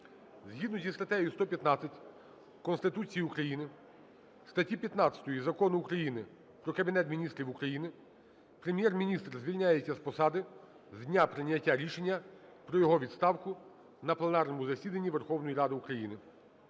Згідно зі статтею 115 Конституції України, статті 15 Закону України "Про Кабінет Міністрів України" Прем'єр-міністр звільняється з посади з дня прийняття рішення про його відставку на пленарному засіданні Верховної Ради України.